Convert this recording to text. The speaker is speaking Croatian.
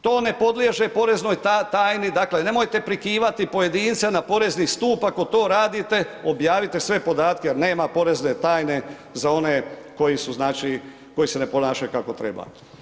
To ne podliježe poreznoj tajni, dakle nemojte prikivati pojedince na porezni stup ako to radite, objavite sve podatke jer nema porezne tajne za one, koji su znači, koji se ne ponašaju kako treba.